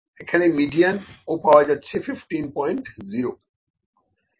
এখানে মিডিয়ান ও পাওয়া যাচ্ছে 150